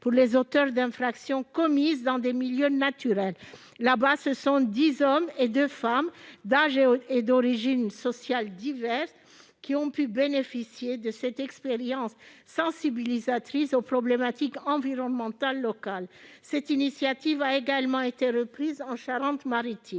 pour les auteurs d'infractions commises dans des milieux naturels. Ainsi, dix hommes et deux femmes d'âge et d'origine sociale divers ont pu bénéficier de cette expérience de sensibilisation aux problématiques environnementales locales. Cette initiative a également été reprise en Charente-Maritime.